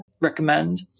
recommend